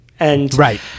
Right